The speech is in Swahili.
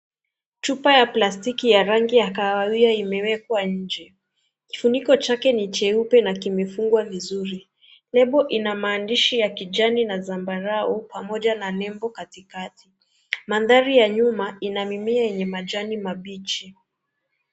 Chupa ya plastiki ya rangi ya kahawia imewekwa nje. Kifuniko chake ni cheupe na kimefungwa vizuri. Lebo ina maandishi ya kijani na zambarau pamoja na nembo kati kati. Mandhari ya nyuma ina mimea yenye majani mabichi.